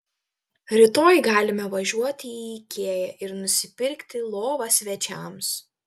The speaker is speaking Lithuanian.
rytoj galime važiuoti į ikea ir nusipirkti lovą svečiams